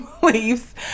beliefs